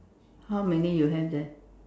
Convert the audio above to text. how many you have there